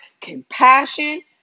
compassion